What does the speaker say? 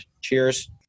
cheers